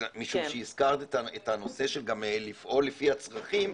משום שהזכרת את הנושא של לפעול לפי הצרכים,